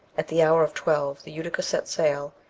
at the hour of twelve the utica set sail,